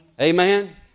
Amen